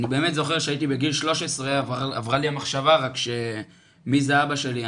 שהייתי בגיל 13 עברה לי המחשבה מי זה אבא שלי?